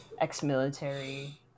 ex-military